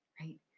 right